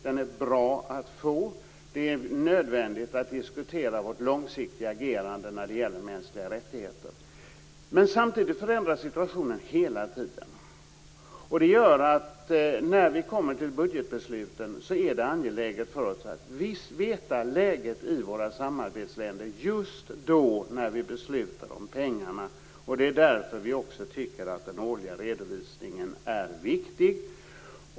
Den är bra att få. Det är nödvändigt att diskutera vårt långsiktiga agerande när det gäller mänskliga rättigheter. Men samtidigt förändras situationen hela tiden. Det gör att det, när vi kommer till budgetbesluten, är angeläget för oss att känna till läget i våra samarbetsländer just när vi beslutar om pengarna. Det är därför vi också tycker att den årliga redovisningen är viktig.